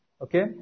Okay